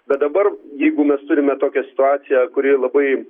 bet dabar jeigu mes turime tokią situaciją kuri labai